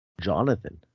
jonathan